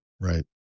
Right